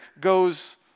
goes